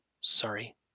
Sorry